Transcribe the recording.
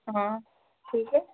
हाँ ठीक है